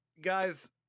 guys